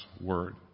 word